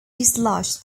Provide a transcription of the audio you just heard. dislodge